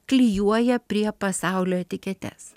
klijuoja prie pasaulio etiketes